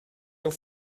your